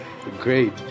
Great